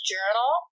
Journal